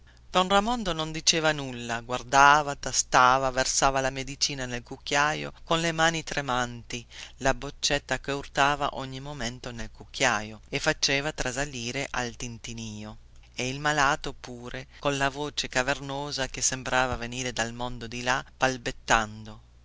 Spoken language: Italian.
pare don ramondo non diceva nulla guardava tastava versava la medicina nel cucchiaio colle mani tremanti la boccetta che urtava ogni momento nel cucchiaio e faceva trasalire e il malato pure colla voce cavernosa che sembrava venire dal mondo di là balbettando